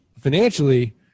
financially